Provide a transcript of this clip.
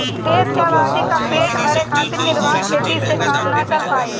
देश के आबादी क पेट भरे खातिर निर्वाह खेती से काम ना चल पाई